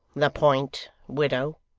the point, widow